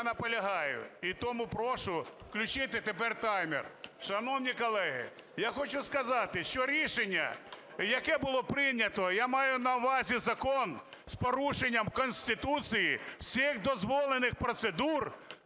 Я наполягаю і тому прошу включити тепер таймер. Шановні колеги, я хочу сказати, що рішення, яке було прийнято, я маю на увазі закон, з порушенням Конституції, всіх дозволених процедур